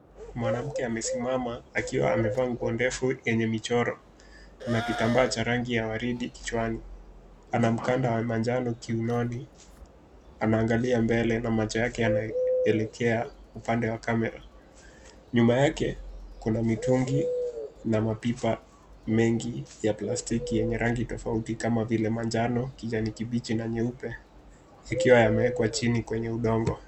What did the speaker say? Mwanamke amesimama akiwa amevaa nguo ndefu yenye michoro na kitambaa cha rangi ya waridi kichwani. Ana mkanda wa majano kiunoni. Anaangalia mbele na macho yake yanaelekea upande wa camera . Nyuma yake kuna mitungi na mapipa mengi ya plastiki yenye rangi tofauti kama vile majano, kijani kibichi na nyeupe ikiwa yamewekwa chini kwenye udongo.